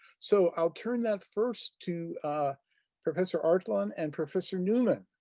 so i'll turn that first to professor ardalan and professor neuman.